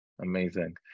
Amazing